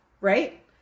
Right